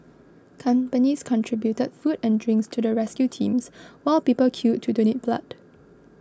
companies contributed food and drinks to the rescue teams while people queued to donate blood